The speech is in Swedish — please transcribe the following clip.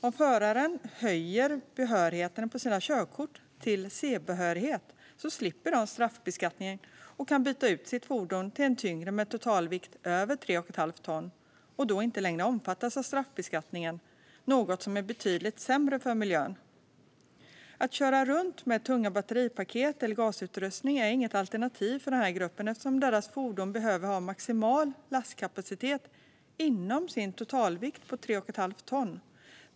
Om förarna höjer behörigheten på sina körkort till C-behörighet slipper de straffbeskattningen och kan byta ut sina fordon till tyngre, med en totalvikt över 3 1⁄2 ton, och då inte längre omfattas av straffbeskattningen - något som är betydligt sämre för miljön. Att köra runt med tunga batteripaket eller gasutrustning är inget alternativ för den här gruppen, eftersom deras fordon behöver ha maximal lastkapacitet inom sin totalvikt på 3 1⁄2 ton.